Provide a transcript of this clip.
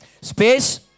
Space